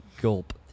Gulp